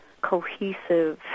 cohesive